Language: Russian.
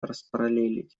распараллелить